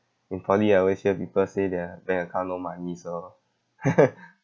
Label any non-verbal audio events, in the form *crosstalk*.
in poly I always hear people say their bank account no money so *laughs*